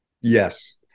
Yes